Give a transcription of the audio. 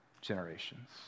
generations